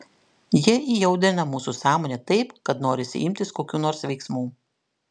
jie įaudrina mūsų sąmonę taip kad norisi imtis kokių nors veiksmų